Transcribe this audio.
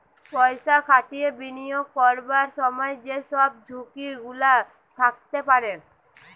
পয়সা খাটিয়ে বিনিয়োগ করবার সময় যে সব ঝুঁকি গুলা থাকতে পারে